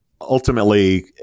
ultimately